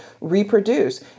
reproduce